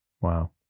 Wow